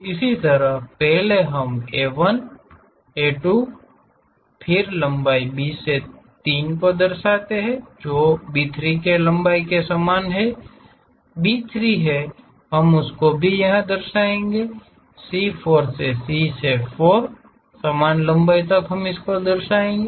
इसी तरह पहले हम A 1 A 2 लंबाई फिर B से 3 को दर्शाते हैं जो भी B 3 की लंबाई हमारे पास समान B 3 है हम उसको भी यहा दर्शाएँगे C 4 C से 4 समान लंबाई तक हम दर्शाएँगे